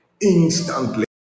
instantly